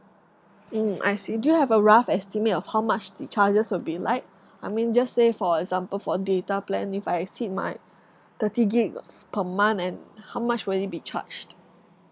mm I see do you have a rough estimate of how much the charges would be like I mean just say for example for data plan if I exceed my thirty gig f~ per month and how much will it be charged